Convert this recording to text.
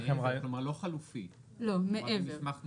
כלומר, לא חלופי אלא מסמך נוסף.